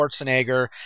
Schwarzenegger